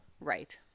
Right